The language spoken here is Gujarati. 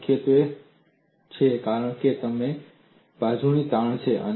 આ મુખ્યત્વે છે કારણ કે તમને બાજુની તાણ છે